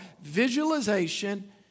visualization